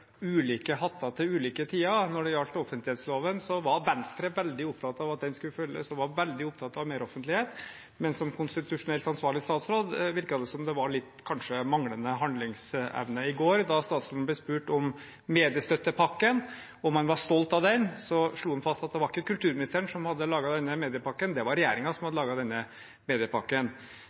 den skulle følges og veldig opptatt av meroffentlighet, men som konstitusjonelt ansvarlig statsråd virker det som han kanskje har litt manglende handlingsevne. I går, da statsråden ble spurt om han var stolt av mediestøttepakken, slo han fast at det ikke var kulturministeren som hadde laget den mediepakken, det var regjeringen som hadde laget den mediepakken.